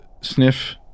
sniff